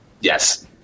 Yes